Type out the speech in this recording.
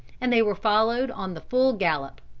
and they were followed on the full gallop.